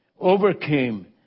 overcame